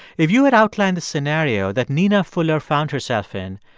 if you had outlined the scenario that nina fuller found herself in,